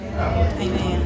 Amen